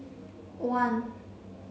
one